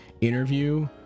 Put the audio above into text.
interview